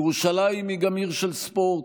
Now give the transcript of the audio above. ירושלים היא גם עיר של ספורט.